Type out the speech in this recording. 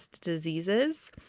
diseases